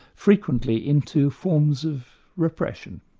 frequently, into forms of repression.